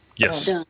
Yes